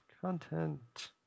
content